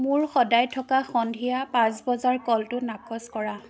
মোৰ সদায় থকা সন্ধিয়া পাঁচ বজাৰ ক'লটো নাকচ কৰা